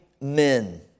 men